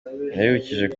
yabibukije